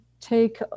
take